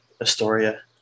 Astoria